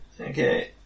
Okay